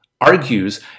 argues